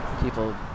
people